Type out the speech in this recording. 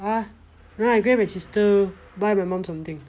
no I going with my sister to buy my mum something